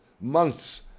months